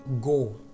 go